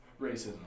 racism